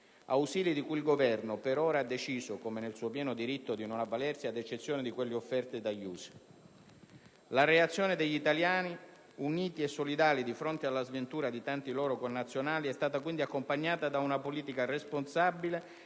ausili di cui il Governo per ora ha deciso, come è nel suo pieno diritto, di non avvalersi, ad eccezione di quelli offerti dagli Stati Uniti. La reazione degli italiani, uniti e solidali di fronte alla sventura di tanti loro connazionali, è stata quindi accompagnata da una politica responsabile